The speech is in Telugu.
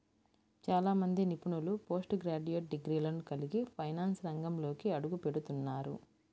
చాలా మంది నిపుణులు పోస్ట్ గ్రాడ్యుయేట్ డిగ్రీలను కలిగి ఫైనాన్స్ రంగంలోకి అడుగుపెడుతున్నారు